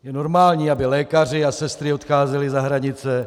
Je normální, aby lékaři a sestry odcházeli za hranice?